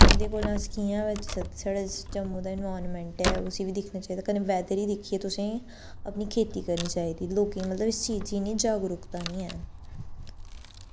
एह्दे कोला अस कि'यां बची सकचै साढ़े जम्मू दा एन्वॉयरनामेंट ते उस्सी बी दिक्खना चाहिदा कन्नै वैदर गी तुसें खोती करनी चाहिदी लोकें मतलब इस्सी इन्नी जागरुकता निं हैन